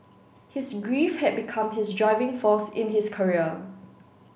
his grief had become his driving force in his career